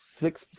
six